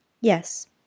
Yes